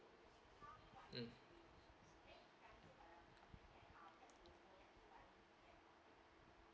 mm